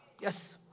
Yes